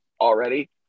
already